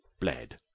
bled